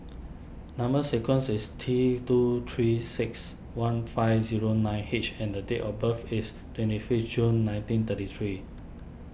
Number Sequence is T two three six one five zero nine H and date of birth is twenty fifth June nineteen thirty three